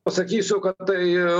pasakysiu kad tai